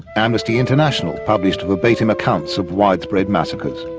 amnesty international published verbatim accounts of widespread massacres.